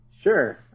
Sure